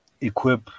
equip